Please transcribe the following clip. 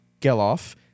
Geloff